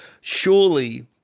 surely